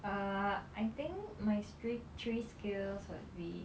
uh I think my stre~ three skills would be